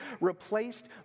replaced